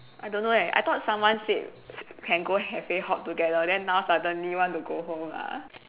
I don't know leh I thought someone said can go to cafe hop together than now suddenly want to go home ah